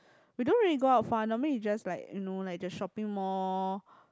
we don't really go out far normally we just like you know like just shopping mall